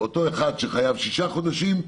אותו אחד שחייב בשישה חודשים,